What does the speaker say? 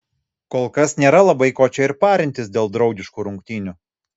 kolkas nėra labai ko čia ir parintis dėl draugiškų rungtynių